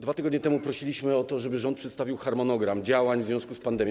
2 tygodnie temu prosiliśmy o to, żeby rząd przedstawił harmonogram działań w związku z pandemią.